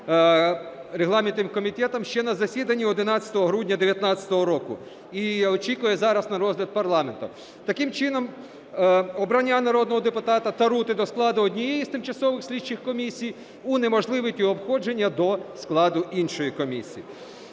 регламентним комітетом ще на засіданні 11 грудня 2019 року і очікує зараз на розгляд парламенту. Таким чином обрання народного депутата Тарути до складу однієї з Тимчасових слідчих комісій унеможливить його входження до складу іншої комісії.